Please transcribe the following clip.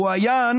הוא רואיין